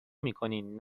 میکنین